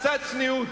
קצת צניעות.